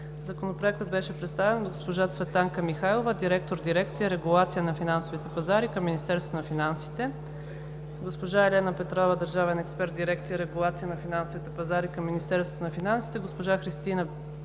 Законопроектът беше представен от госпожа Цветанка Михайлова – директор на дирекция „Регулация на финансовите пазари“ към Министерството на финансите, госпожа Елена Петрова – държавен експерт в дирекция „Регулация на финансовите пазари“ към Министерството на финансите, госпожа Христина